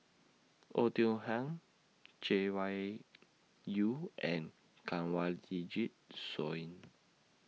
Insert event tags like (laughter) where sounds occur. Oei Tiong Ham Chay Weng Yew and (unintelligible) Soin